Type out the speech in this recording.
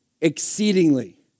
exceedingly